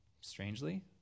Strangely